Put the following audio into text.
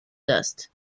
dust